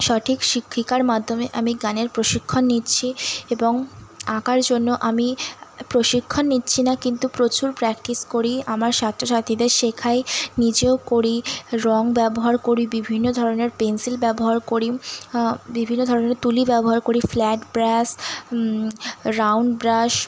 সঠিক শিক্ষিকার মাধ্যমে আমি গানের প্রশিক্ষণ নিচ্ছি এবং আঁকার জন্য আমি প্রশিক্ষণ নিচ্ছি না কিন্তু প্রচুর প্র্যাকটিস করি আমার ছাত্র ছাত্রীদের শেখাই নিজেও করি রং ব্যবহার করি বিভিন্ন ধরনের পেনসিল ব্যবহার করি বিভিন্ন ধরনের তুলি ব্যবহার করি ফ্ল্যাট ব্রাশ রাউন্ড ব্রাশ